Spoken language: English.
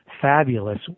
fabulous